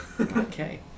Okay